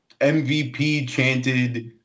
MVP-chanted